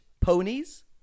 ponies